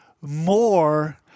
more